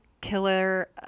killer